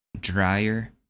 dryer